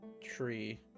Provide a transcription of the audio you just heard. tree